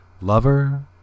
lover